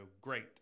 great